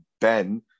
Ben